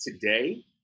today